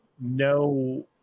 no